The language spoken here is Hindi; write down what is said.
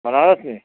बनारस में